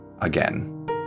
again